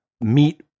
meet